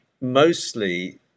Mostly